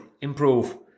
improve